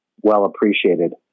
well-appreciated